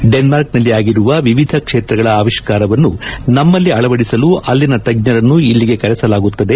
ಡೆನ್ಮಾರ್ಕ್ನಲ್ಲಿ ಆಗಿರುವ ವಿವಿಧ ಕ್ಷೇತ್ರಗಳ ಅವಿಷ್ಕಾರವನ್ನು ನಮ್ಮಲ್ಲಿ ಅಳವಡಿಸಲು ಅಲ್ಲಿನ ತಜ್ಞರನ್ನು ಇಲ್ಲಿಗೆ ಕರೆಸಲಾಗುತ್ತದೆ